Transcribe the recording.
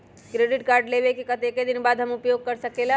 Credit card लेबे के कतेक दिन बाद हम उपयोग कर सकेला?